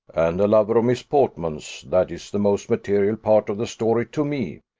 and a lover of miss portman's that is the most material part of the story to me,